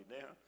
down